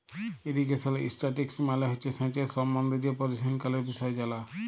irrigation statistics মালে হছে সেঁচের সম্বল্ধে যে পরিসংখ্যালের বিষয় জালা